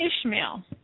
Ishmael